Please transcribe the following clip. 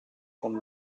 con